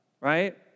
right